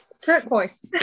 Turquoise